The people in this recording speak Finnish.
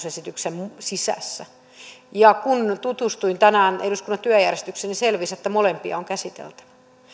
esityksen sadassaseitsemässäkymmenessäviidessä sisässä ja kun tutustuin tänään eduskunnan työjärjestykseen niin selvisi että molempia on käsiteltävä